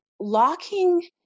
locking